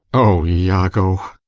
o iago!